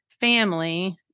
family